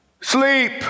sleep